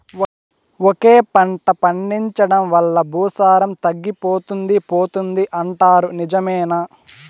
ఒకే పంట పండించడం వల్ల భూసారం తగ్గిపోతుంది పోతుంది అంటారు నిజమేనా